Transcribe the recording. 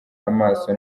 amaso